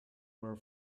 were